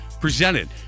presented